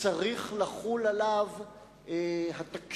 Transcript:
צריך לחול עליו התקשי"ר,